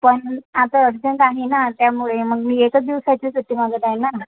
पण आता अर्जंट आहे ना त्यामुळे मग मी एकच दिवसाची मागत आहे ना